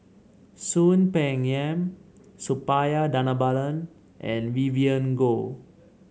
Soon Peng Yam Suppiah Dhanabalan and Vivien Goh